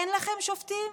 אין לכם שופטים,